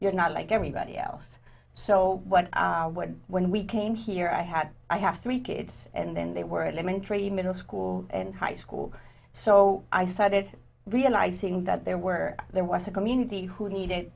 you're not like everybody else so what what when we came here i had i have three kids and then they were limited training middle school and high school so i started realizing that there were there was a community who needed